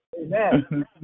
Amen